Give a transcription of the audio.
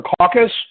caucus